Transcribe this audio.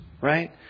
right